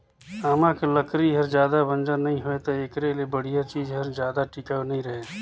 आमा के लकरी हर जादा बंजर नइ होय त एखरे ले बड़िहा चीज हर जादा टिकाऊ नइ रहें